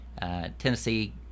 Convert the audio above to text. Tennessee